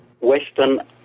Western